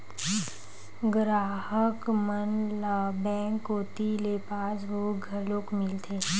गराहक मन ल बेंक कोती ले पासबुक घलोक मिलथे